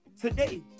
today